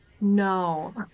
no